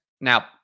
Now